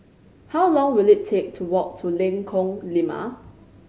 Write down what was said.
how long will it take to walk to Lengkong Lima